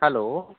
hello